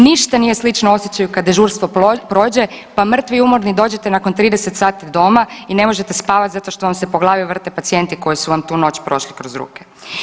Ništa nije slično osjećaju kad dežurstvo prođe, pa mrtvi umorni dođete nakon 30 sati doma i ne možete spavat zato što vam se po glavi vrte pacijenti koji su vam tu noć prošli kroz ruke.